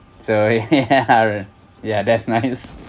so ya ya that's nice